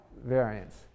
variance